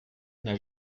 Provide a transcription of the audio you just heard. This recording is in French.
n’a